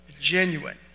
genuine